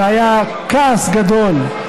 והיה כעס גדול,